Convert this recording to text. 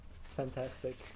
Fantastic